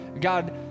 God